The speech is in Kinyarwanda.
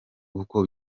uko